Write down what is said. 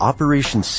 Operation